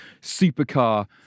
supercar